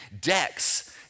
decks